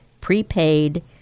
prepaid